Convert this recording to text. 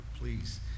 please